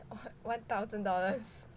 what one thousand dollars